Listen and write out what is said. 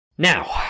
Now